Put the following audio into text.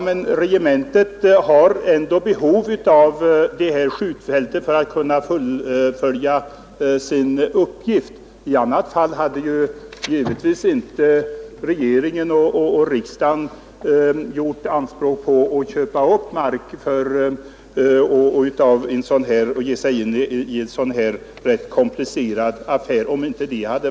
Men regementet har behov av detta skjutfält för att kunna fullgöra sin uppgift; i annat fall hade givetvis regeringen och riksdagen inte gjort anspråk på att få köpa upp mark och givit sig in i en sådan här komplicerad affär.